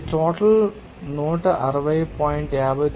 ఇది టోటల్ 160